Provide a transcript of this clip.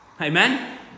Amen